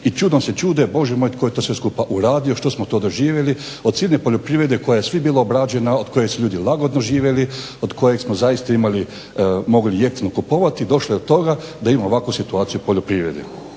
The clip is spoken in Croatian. i čudom se čude Bože moj tko je to sve skupa uradio, što smo to doživjeli od silne poljoprivrede koja je sva bila obrađena od koje su ljudi lagodno živjeli od koje smo imali zaista jeftino kupovati i došli do toga da imamo ovakvu situaciju u poljoprivredi.